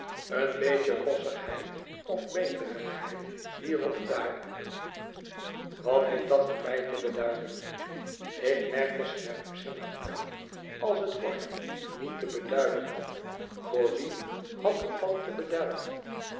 een beetje rossigheid of beenderigheid hier of daar wat heeft dat voor mij te beduiden ik merkte scherpzinnig aan als het voor hem niet te beduiden had voor wien had het dan te beduiden